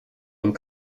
and